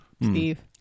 Steve